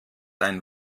ein